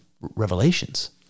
revelations